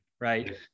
right